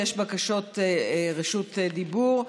יש בקשות רשות דיבור.